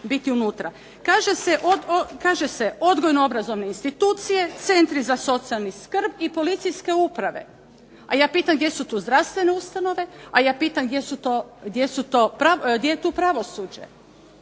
Kaže se, odgojno-obrazovne institucije, centri za socijalnu skrb i policijske uprave. A ja pitam gdje su tu zdravstvene ustanove? A ja pitam gdje je tu pravosuđe.